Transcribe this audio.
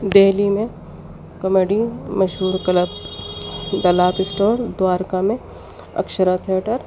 دہلی میں کمیڈی مشہور club the laugh store Dwarka میں اکشرا تھئیٹر